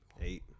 eight